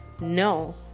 No